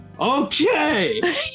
Okay